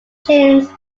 james